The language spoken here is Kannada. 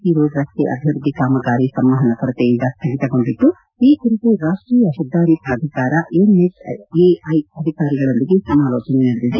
ಸಿ ರೋಡ್ ರಸ್ತೆ ಅಭಿವೃದ್ಧಿ ಕಾಮಗಾರಿ ಸಂವಹನ ಕೊರತೆಯಿಂದ ಸ್ಥಗಿತಗೊಂಡಿದ್ದು ಈ ಕುರಿತು ರಾಷ್ಷೀಯ ಹೆದ್ನಾರಿ ಪ್ರಾಧಿಕಾರ ಎನ್ಎಚ್ಎಐ ಅಧಿಕಾರಿಗಳೊಂದಿಗೆ ಸಮಾಲೋಚನೆ ನಡೆದಿದೆ